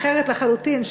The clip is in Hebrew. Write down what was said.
אחרת לחלוטין,